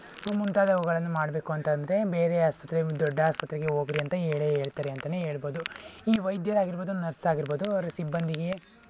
ಮುಂತಾದವುಗಳನ್ನು ಮಾಡಬೇಕು ಅಂತಂದರೆ ಬೇರೆ ಆಸ್ಪತ್ರೆ ದೊಡ್ಡ ಆಸ್ಪತ್ರೆಗೆ ಹೋಗ್ರಿ ಅಂತ ಹೇಳೇ ಹೇಳ್ತಾರೆ ಅಂತಲೇ ಹೇಳ್ಬೋದು ಈ ವೈದ್ಯರು ಆಗಿರ್ಬೋದು ನರ್ಸ್ ಆಗಿರ್ಬೋದು ಅವರ ಸಿಬ್ಬಂದಿಗೆ